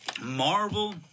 Marvel